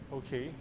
okay,